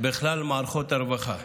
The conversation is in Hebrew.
בכלל מערכות הרווחה.